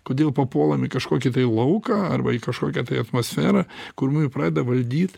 kodėl papuolam į kažkokį tai lauką arba į kažkokią tai atmosferą kur mumi pradeda valdyt